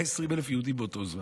120,000 יהודים באותו הזמן,